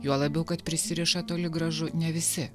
juo labiau kad prisiriša toli gražu ne visi